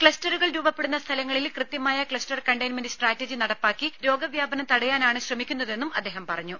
ക്ലസ്റ്ററുകൾ രൂപപ്പെടുന്ന സ്ഥലങ്ങളിൽ കൃത്യമായ ക്ലസ്റ്റർ കണ്ടെയിൻമെന്റ് സ്ട്രാറ്റജി നടപ്പാക്കി രോഗവ്യാപനം തടയാനാണ് ശ്രമിക്കുന്നതെന്നും മുഖ്യമന്ത്രി പറഞ്ഞു